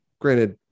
Granted